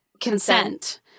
consent